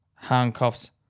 handcuffs